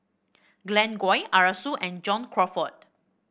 Glen Goei Arasu and John Crawfurd